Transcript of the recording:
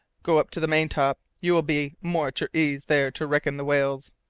go up to the maintop. you will be more at your ease there to reckon the whales.